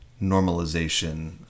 normalization